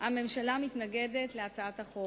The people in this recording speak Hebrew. הממשלה מתנגדת להצעת החוק.